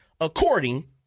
according